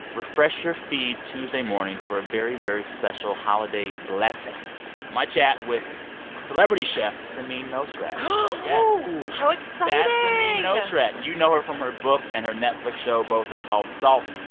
refresh your feed tuesday morning for a very, very special holiday blessing my chat with celebrity chef samin nosrat ooh yes. how exciting nosrat. you know her from her book and her netflix show. both are called salt,